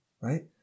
right